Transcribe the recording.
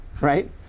right